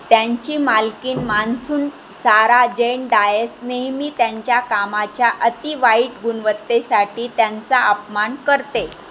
त्यांची मालकीण Monsoon Sara Jane Dias नेहमी त्यांच्या कामाच्या अतिवाईट गुणवत्तेसाठी त्यांचा अपमान करते